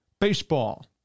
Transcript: baseball